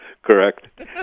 Correct